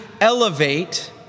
elevate